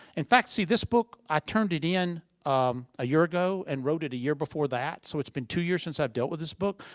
in fact, see this book, i turned it in um a year ago and wrote it a year before that, so its been two years since i've dealt with this book.